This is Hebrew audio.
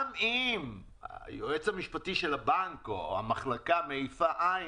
גם אם היועץ המשפטי של הבנק או המחלקה שם מעיפה על זה עין,